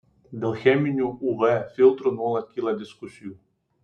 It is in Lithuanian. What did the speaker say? dėl cheminių uv filtrų nuolat kyla diskusijų